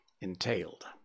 entailed